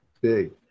big